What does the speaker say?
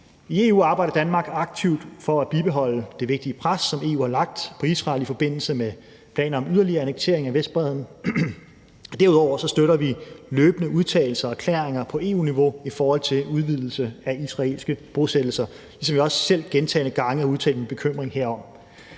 I EU arbejder Danmark aktivt for at bibeholde det vigtige pres, som EU har lagt på Israel i forbindelse med planen om yderligere annektering af Vestbredden, og derudover støtter vi løbende udtalelser og erklæringer på EU-niveau i forhold til udvidelse af israelske bosættelser, ligesom jeg også selv gentagne gange har udtalt en bekymring herom.